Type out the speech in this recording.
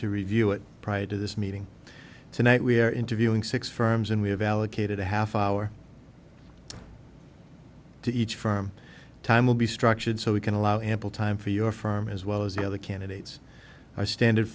to review it prior to this meeting tonight we are interviewing six firms and we have allocated a half hour to each firm time will be structured so we can allow ample time for your firm as well as the other candidates our standard